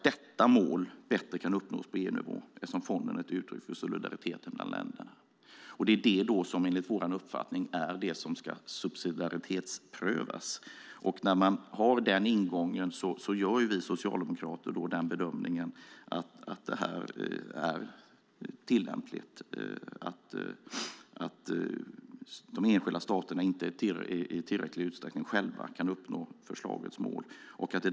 Detta mål kan bättre uppnås på EU-nivå eftersom fonden är ett uttryck för solidaritet mellan länderna, menar kommissionen. Det är detta som enligt vår uppfattning är det som ska subsidiaritetsprövas. När man har denna ingång gör vi socialdemokrater bedömningen att detta är tillämpligt och att de enskilda staterna inte i tillräcklig utsträckning själva kan uppnå förslagets mål.